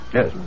Yes